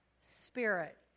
spirit